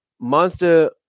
Monster